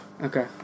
Okay